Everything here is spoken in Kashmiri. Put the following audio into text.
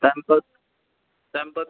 تَمہِ پَتہٕ تَمہِ پَتہٕ